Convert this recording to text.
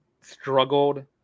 Struggled